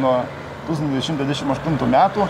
nuo tūkstantis devyni šimtai dvidešim aštuntų metų